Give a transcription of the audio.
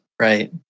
Right